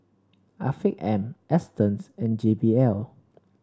Afiq M Astons and J B L